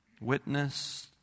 witnessed